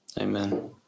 Amen